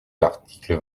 l’article